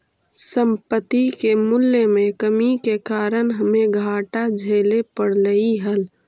संपत्ति के मूल्यों में कमी के कारण हमे घाटा झेले पड़लइ हल